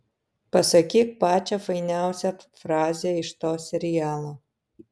pasakyk pačią fainiausią frazę iš to serialo